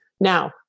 Now